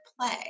Play